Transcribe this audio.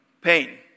pain